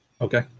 Okay